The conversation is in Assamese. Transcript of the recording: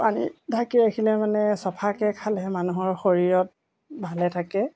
পানী ঢাকি ৰাখিলে মানে চফাকৈ খালে মানুহৰ শৰীৰত ভালে থাকে